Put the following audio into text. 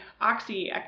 oxy